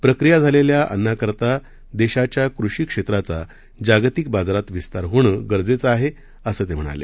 प्रक्रिया झालेल्या अन्नाकरता देशाच्या कृषीक्षेत्राचा जागतिक बाजारात विस्तार होणं गरजेचं आहे असं ते म्हणाले